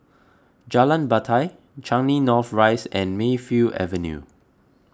Jalan Batai Changi North Rise and Mayfield Avenue